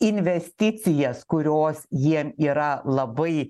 investicijas kurios jiem yra labai